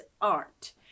art